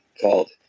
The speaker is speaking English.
called